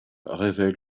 révèle